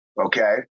Okay